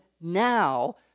now